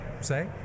say